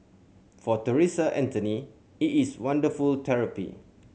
for Theresa Anthony it is wonderful therapy